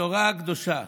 התורה הקדושה